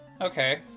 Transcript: okay